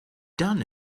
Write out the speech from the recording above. done